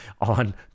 on